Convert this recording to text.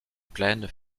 plaines